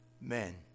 men